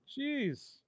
Jeez